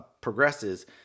progresses